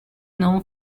known